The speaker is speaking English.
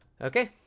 okay